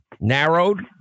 narrowed